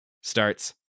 starts